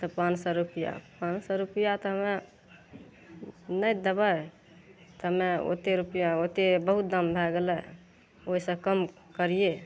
तब पाँच सए रुपैआ पाँच सए रुपैआ तऽ हमरा नहि देबै तऽ हमे ओते रुपैआ ओते बहुत दाम भए गेलै ओहि सऽ कम करिये